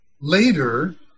later